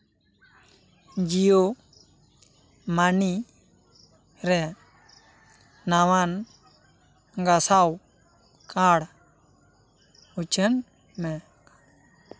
Jio money ᱨᱮ ᱱᱟᱣᱟᱱ ᱜᱟᱥᱟᱣ ᱠᱟᱨᱰ ᱩᱪᱷᱟᱹᱱ ᱢᱮ